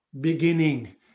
beginning